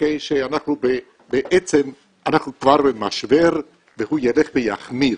שאנחנו כבר במשבר והוא יילך ויחמיר